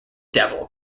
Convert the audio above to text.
devil